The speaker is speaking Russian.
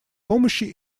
помощи